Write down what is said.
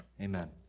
amen